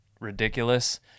ridiculous